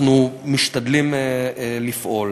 בהם, אנחנו משתדלים לפעול.